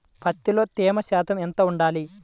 పత్తిలో తేమ శాతం ఎంత ఉండాలి?